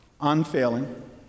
unfailing